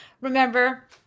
remember